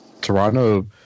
Toronto